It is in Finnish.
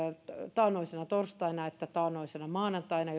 taannoisena torstaina että taannoisena maanantaina